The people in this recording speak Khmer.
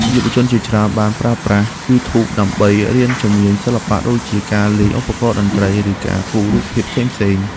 យុវជនជាច្រើនបានប្រើប្រាស់យូធូបដើម្បីរៀនជំនាញសិល្បៈដូចជាការលេងឧបករណ៍តន្ត្រី ឬការគូររូបភាពផ្សេងៗ។